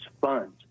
funds